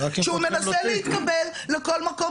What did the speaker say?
כשהוא מנסה להתקבל לכל מקום.